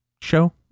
show